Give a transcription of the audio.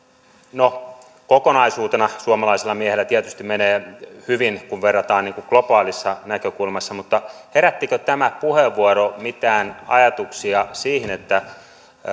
no kokonaisuutena suomalaisella miehellä tietysti menee hyvin kun verrataan globaalissa näkökulmassa mutta herättikö tämä puheenvuoro mitään ajatuksia siihen